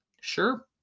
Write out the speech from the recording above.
sure